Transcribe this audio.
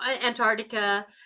Antarctica